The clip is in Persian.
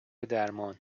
درمان